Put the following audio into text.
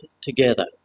together